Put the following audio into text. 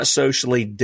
socially